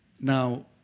Now